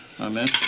Amen